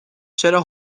چرا